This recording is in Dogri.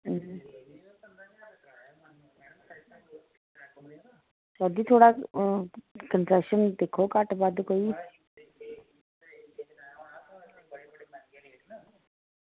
सर जी थोह्ड़ा कन्सैशन दिक्खो कोई घट्ट बद्ध कोई